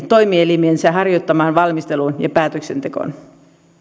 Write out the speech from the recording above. toimielimiensä harjoittamaan valmisteluun ja päätöksentekoon